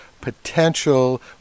potential